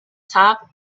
top